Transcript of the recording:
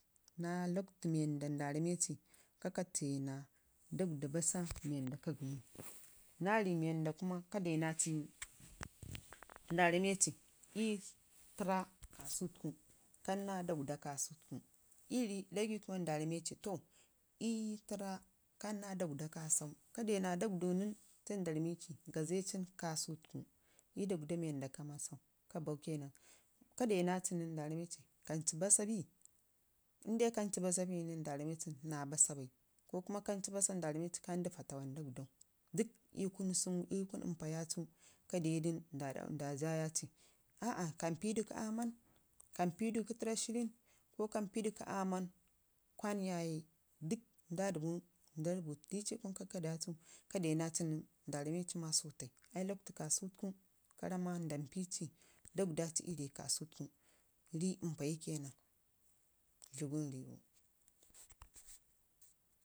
naa lockwtu nwii wanda nda rameci ka tenaa dagdw dabassa mii wanda nda barri ci. Naa rii wanda kuna ka denaaci nən nda rarneci ii tərra kasutukee keenna dagdwda kasutuku ii rii dagai kuma nda ramneci to ii tərra kan naa dagdwda kasautuku. Kade naa dagdwda nən sai nda ramia tu gaaza dagdwada kasatuka ii dagdw da wanda ka nasu bau kenan. Ka denaci nən nda rameci kancu bassa bii inde kancu basa binən nda rame ci fo naa bassa bai ko kume kancu bassa nən nda rmci to kandu faatawan dadgwdau. dək ii kunu impa yacuu ka dedu nən nda juya ci, kampi du kə aamam, kampi da kə tərra shirrən ko kampida kə aaman kwan yaye dək nda dəmada nda rabutu dici ii kunu kakkada ce ka de naa cin nda rammeci ma sotai ai loclewtu kasutu ka ramma ndampi ci dagdwdaci ii rii kasu tukee rii impayi kenan